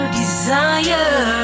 desire